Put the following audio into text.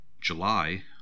July